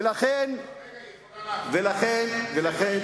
כרגע היא יכולה להפריע.